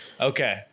Okay